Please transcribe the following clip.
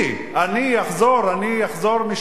אני אחזור משם,